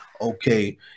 okay